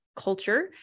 culture